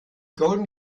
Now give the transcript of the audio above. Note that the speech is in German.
golden